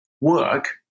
work